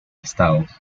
estados